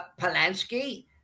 Polanski